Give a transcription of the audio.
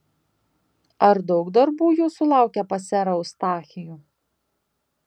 ar daug darbų jūsų laukia pas serą eustachijų